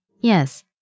Yes